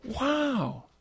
Wow